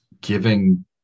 giving